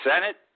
Senate